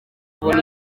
kujya